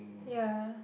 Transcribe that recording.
yeah